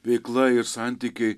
veikla ir santykiai